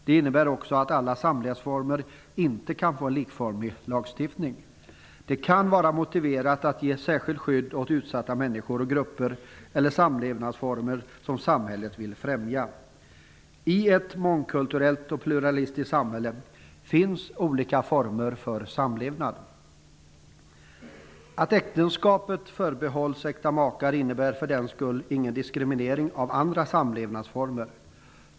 Det innebär också att alla samlevnadsformer inte kan få en likformig lagstiftning. Det kan vara motiverat att ge särskilt skydd åt utsatta människor och grupper eller samlevnadsformer som samhället vill främja. I ett mångkulturellt och pluralistiskt samhälle finns olika former för samlevnad. Att äktenskapet förbehålls äkta makar innebär inte för den skull någon diskriminering av andra samlevnadsformer.